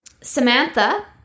samantha